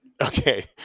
okay